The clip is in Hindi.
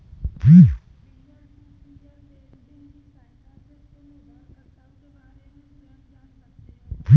पीयर टू पीयर लेंडिंग की सहायता से तुम उधारकर्ता के बारे में स्वयं जान सकते हो